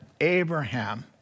Abraham